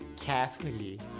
carefully